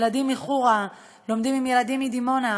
ילדים מחורה לומדים עם ילדים מדימונה,